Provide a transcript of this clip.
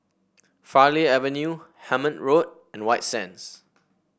Farleigh Avenue Hemmant Road and White Sands